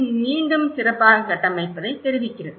இது மீண்டும் சிறப்பாக கட்டமைப்பதை தெரிவிக்கிறது